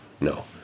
No